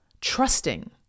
trusting